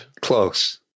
Close